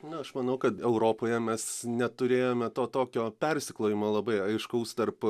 na aš manau kad europoje mes neturėjome to tokio persiklojimo labai aiškaus tarp